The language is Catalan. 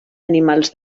animals